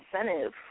incentive